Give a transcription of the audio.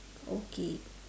okay